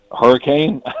hurricane